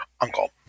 uncle